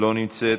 לא נמצאת,